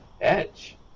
Edge